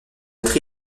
tri